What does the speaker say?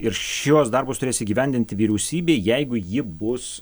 ir šiuos darbus turės įgyvendinti vyriausybė jeigu ji bus